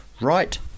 right